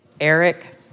Eric